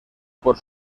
por